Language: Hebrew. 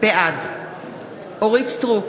בעד אורית סטרוק,